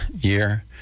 year